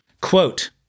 Quote